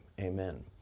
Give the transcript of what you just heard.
amen